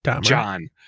John